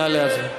נא להצביע.